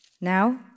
Now